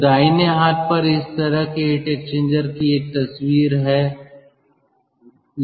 तो दाहिने हाथ पर इस तरह के हीट एक्सचेंजर की एक तस्वीर है